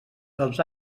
dels